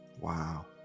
wow